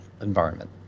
environment